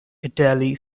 italy